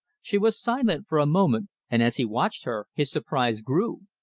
she was silent for a moment, and as he watched her his surprise grew.